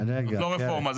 זאת לא רפורמה.